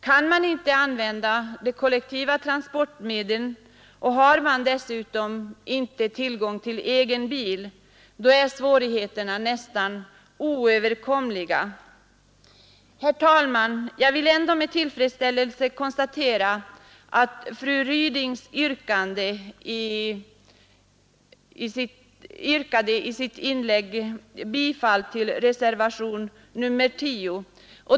Om man inte kan använda de kollektiva transportmedlen och om man dessutom inte har tillgång till egen bil är svårigheterna nästan oöverkomliga. Jag vill med tillfredsställelse konstatera att fru Ryding i sitt debattinlägg yrkade bifall till reservationen 10.